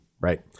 right